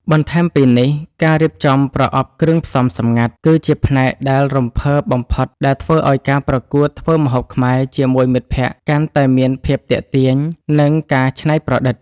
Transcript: បន្ថែមពីនេះ ការរៀបចំ ប្រអប់គ្រឿងផ្សំសម្ងាត់ គឺជាផ្នែកដែលរំភើបបំផុតដែលធ្វើឱ្យការប្រកួតធ្វើម្ហូបខ្មែរជាមួយមិត្តភក្តិកាន់តែមានភាពទាក់ទាញ និងការច្នៃប្រឌិត។